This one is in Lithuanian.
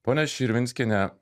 ponia širvinskiene